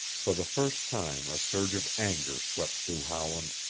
for the first time a surge of anger swept through howland.